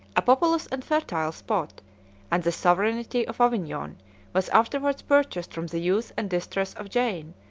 a populous and fertile spot and the sovereignty of avignon was afterwards purchased from the youth and distress of jane,